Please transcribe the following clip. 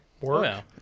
work